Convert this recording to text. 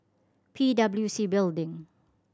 P W C Building